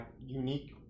unique